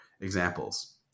examples